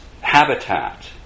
habitat